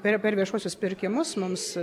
per per viešuosius pirkimus mums